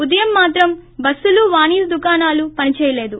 ఉదయం మాత్రం బస్సులు వాణిజ్య దుకాణాలు పనిచేయలేదు